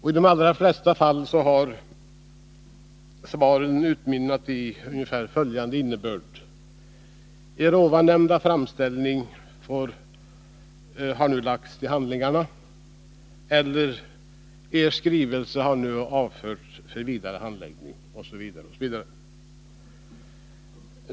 I de allra flesta fall har svaret blivit ungefär detta: Er ovannämnda framställning har nu lagts till handlingarna. Eller också kan det ha lytt t.ex. så här: Er skrivelse har nu avförts från vidare handläggning.